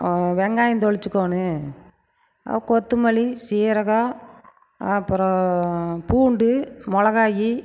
வெங்காயம் தோல் உரிச்சுக்கணும் கொத்தமல்லி சீரகம் அப்புறம் பூண்டு மொளகாய்